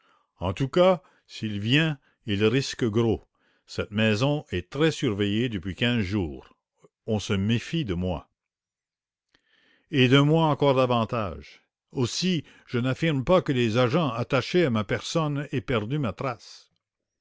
en tout cas s'il vient il risque gros cette maison est très surveillée depuis quinze jours on se méfie de moi et de moi encore davantage reprit le professeur aussi je n'affirme pas que les agents attachés à ma personne aient perdu ma trace